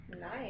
Nice